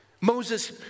Moses